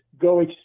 go